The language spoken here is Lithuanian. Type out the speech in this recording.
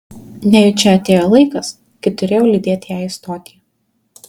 nejučia atėjo laikas kai turėjau lydėt ją į stotį